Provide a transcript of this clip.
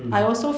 mm